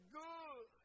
good